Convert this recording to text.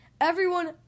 Everyone